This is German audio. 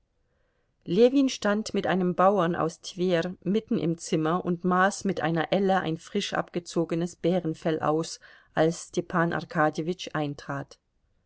ljewin stand mit einem bauern aus twer mitten im zimmer und maß mit einer elle ein frisch abgezogenes bärenfell aus als stepan arkadjewitsch eintrat